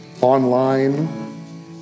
online